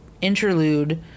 interlude